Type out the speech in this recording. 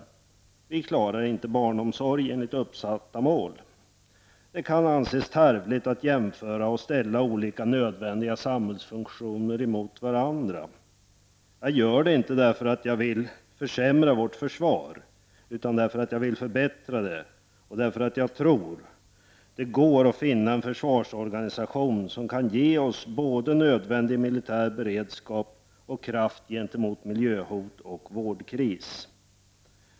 Dessutom klarar vi inte uppsatta mål när det gäller barnomsorgen. Det kan anses tarvligt att jämföra och att ställa olika nödvändiga samhällsfunktioner mot varandra. Jag gör det inte därför att jag vill försämra vårt försvar utan därför att jag vill förbättra det och därför att jag tror att det går att komma fram till en försvarsorganisation som kan ge oss både nödvändig militär beredskap och kraft gentemot miljöhot och vårdkris.